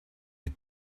had